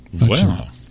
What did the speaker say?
Wow